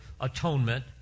atonement